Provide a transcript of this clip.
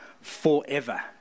forever